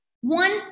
one